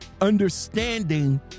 understanding